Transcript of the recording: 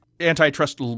Antitrust